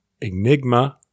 Enigma